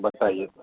बताइए सर